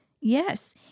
Yes